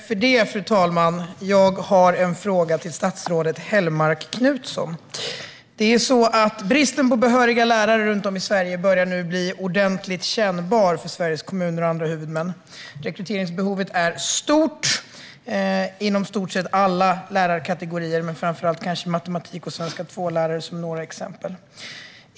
Fru talman! Jag har en fråga till statsrådet Hellmark Knutsson. Bristen på behöriga lärare runt om i Sverige börjar bli ordentligt kännbar för Sveriges kommuner och andra huvudmän. Rekryteringsbehovet är stort inom i stort sett alla lärarkategorier, men det gäller kanske framför allt lärare i matematik och svenska som andraspråk.